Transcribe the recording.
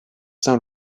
saint